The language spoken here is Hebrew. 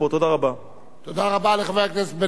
חבר הכנסת אורי מקלב, בבקשה, אדוני.